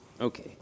Okay